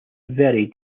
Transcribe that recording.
very